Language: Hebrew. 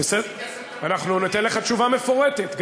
אנחנו ניתן לכם תשובה מפורטת,